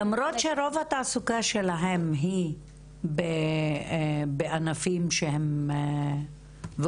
למרות שרוב התעסוקה שלהן היא בענפים שהם במקצועות הוורודים,